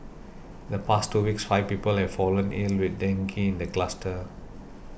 the past two weeks five people have fallen ill with dengue in the cluster